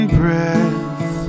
breath